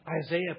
Isaiah